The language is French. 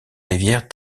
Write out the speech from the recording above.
rivière